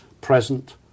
present